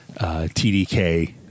TDK